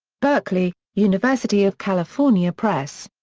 berkeley university of california press.